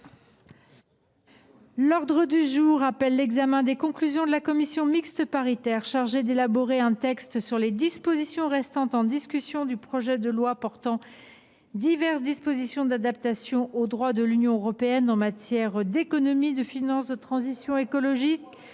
demande du Gouvernement, l’examen des conclusions de la commission mixte paritaire chargée d’élaborer un texte sur les dispositions restant en discussion du projet de loi portant diverses dispositions d’adaptation au droit de l’Union européenne en matière d’économie, de finances, de transition écologique,